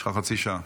יש לך חצי שעה.